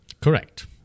Correct